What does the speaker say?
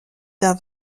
d’un